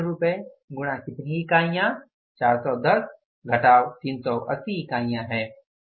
यह 15 रुपये गुणा कितनी इकाइयाँ 410 इकाइयाँ 380 इकाइयाँ हैं